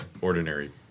ordinary